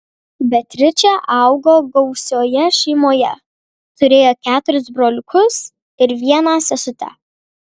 beatričė augo gausioje šeimoje turėjo keturis broliukus ir vieną sesutę